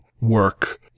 work